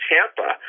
Tampa